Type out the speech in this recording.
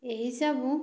ଏହିସବୁ